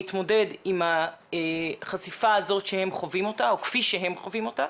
להתמודד עם החשיפה הזאת כפי שהם חווים אותה,